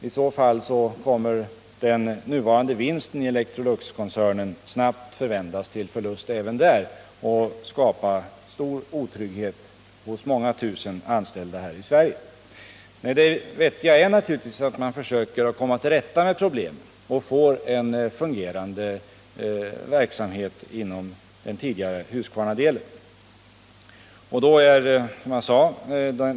I så fall kommer Electroluxkoncernens nuvarande vinst snabbt att vändas till förlust, vilket skulle skapa stor otrygghet hos många tusen anställda här i Sverige. Det vettiga är naturligtvis att försöka komma till rätta med problemen så att man får en fungerande verksamhet inom den tidigare Husqvarnadelen.